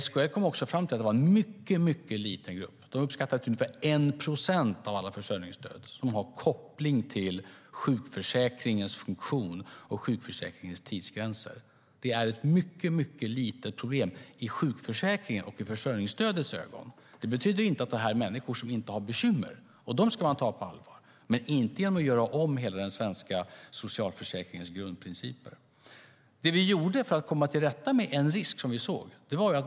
SKL kom också fram till att det var en mycket liten grupp av alla försörjningsstöd - de uppskattar den till ungefär 1 procent - som har koppling till sjukförsäkringens funktion och tidsgränser. Det är ett mycket litet problem - ur sjukförsäkringens och försörjningsstödets perspektiv. Det betyder inte att det här är människor som inte har bekymmer. Man ska ta dem på allvar, men inte genom att göra om hela den svenska socialförsäkringens grundprinciper. Vi gjorde något för att komma till rätta med en risk som vi såg.